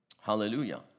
Hallelujah